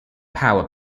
power